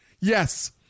Yes